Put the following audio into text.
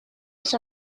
was